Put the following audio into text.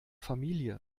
familie